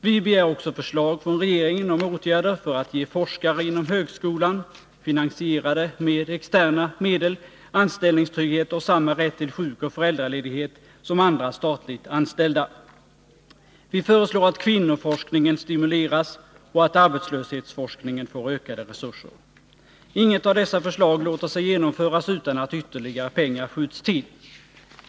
Vi begär också förslag från regeringen om åtgärder för att ge forskare inom högskolan, finansierade med externa medel, anställningstrygghet och samma rätt till sjukoch föräldraledighet som andra statligt anställda. Vi föreslår att kvinnoforskningen stimuleras och att arbetslöshetsforskningen får ökade resurser. Inget av dessa förslag låter sig genomföras utan att ytterligare pengar skjuts till.